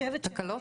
תקלות.